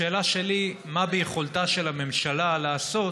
השאלה שלי: מה ביכולתה של הממשלה לעשות